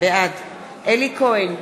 בעד אלי כהן,